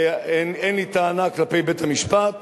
אין לי טענה כלפי בית-המשפט,